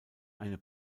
eine